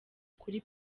kuri